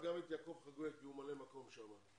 יעקב חגואל כי הוא ממלא מקום שם.